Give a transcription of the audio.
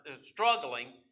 struggling